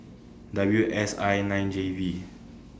W S I nine J V